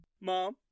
Mom